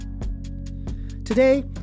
Today